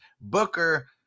Booker